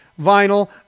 vinyl